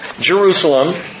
Jerusalem